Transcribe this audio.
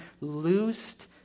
loosed